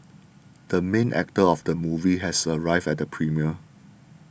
the main actor of the movie has arrived at the premiere